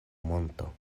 monto